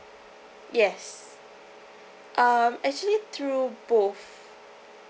yes um actually through both